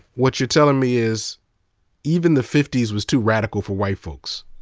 what you're telling me is even the fifties was too radical for white folks.